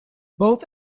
both